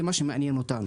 זה מה שמעניין אותנו.